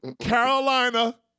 Carolina